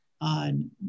On